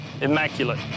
Immaculate